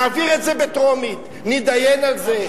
נעביר את זה בטרומית, נתדיין על זה.